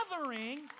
gathering